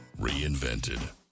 Reinvented